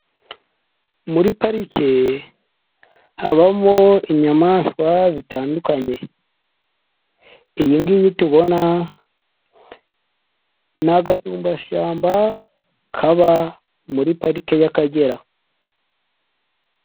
Muri parike habamo inyamaswa zitandukanye, iyi ngiyi tubona ni agasumbashyamba kaba muri Pariki y'Akagera.